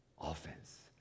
offense